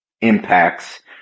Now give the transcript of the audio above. impacts